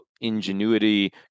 ingenuity